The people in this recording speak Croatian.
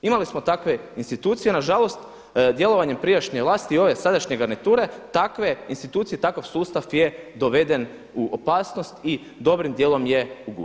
Imali smo takve institucije nažalost djelovanjem prijašnje vlasti i ove sadašnje garniture takve institucije, takav sustav je doveden u opasnost i dobrim dijelom je ugušen.